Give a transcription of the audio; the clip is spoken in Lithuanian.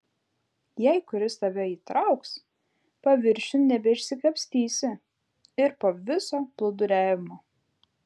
jei kuris tave įtrauks paviršiun nebeišsikapstysi ir po viso plūduriavimo